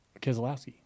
Keselowski